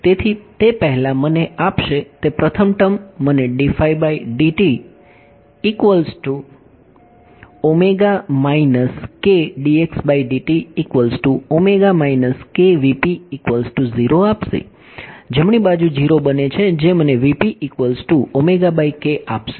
તેથી તે પહેલા મને આપશે તે પ્રથમ ટર્મ મને આપશે જમણી બાજુ 0 બને છે જે મને આપશે